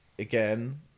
Again